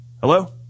Hello